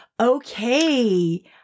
Okay